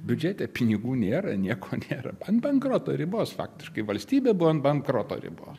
biudžete pinigų nėra nieko nėra ant bankroto ribos faktiškai valstybė buvo ant bankroto ribos